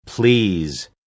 Please